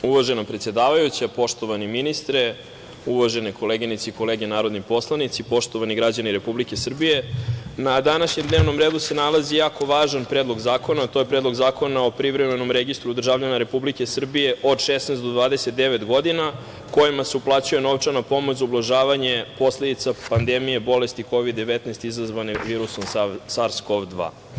Uvažena predsedavajuća, poštovani ministre, uvažene koleginice i kolege narodni poslanici, poštovani građani Republike Srbije, na današnjem dnevnom redu se nalazi jako važan predlog zakona, a to je Predlog zakona o privremenom registru državljana Republike Srbije od 16 do 29 godina kojima se uplaćuje novčana pomoć za ublažavanje posledica pandemije bolesti Kovid 19 izazvane virusom SARS KoV-2.